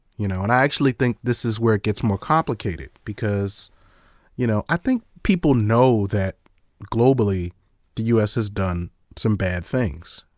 you know and i actually think this is where it gets more complicated, because you know i think people know that globally the u s. has done some bad things.